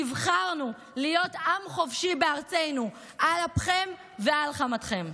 נבחרנו להיות עם חופשי בארצנו, על אפכם ועל חמתכם.